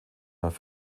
nach